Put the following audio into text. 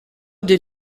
did